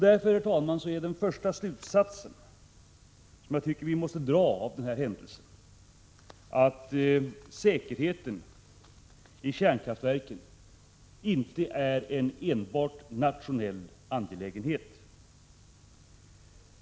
Därför, herr talman, är den första slutsats som vi enligt min mening måste dra av den här händelsen att säkerheten i kärnkraftverken inte är en enbart nationell angelägenhet.